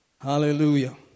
Hallelujah